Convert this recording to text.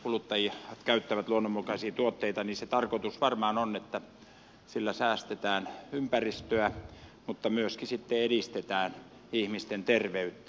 kuluttajathan käyttävät luonnonmukaisia tuotteita ja se tarkoitus varmaan on että sillä säästetään ympäristöä mutta myöskin sitten edistetään ihmisten terveyttä